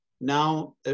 now